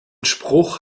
spruch